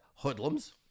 hoodlums